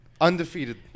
Undefeated